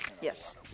Yes